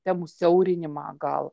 temų siaurinimą gal